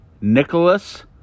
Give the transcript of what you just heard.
Nicholas